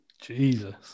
Jesus